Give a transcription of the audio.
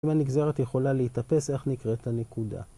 אם הנגזרת יכולה להתאפס, איך נקרא את הנקודה?